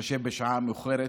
ובהתחשב בשעה המאוחרת.